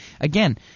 again